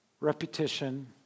repetition